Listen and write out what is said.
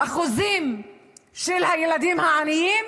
באחוזים של הילדים העניים?